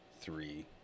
three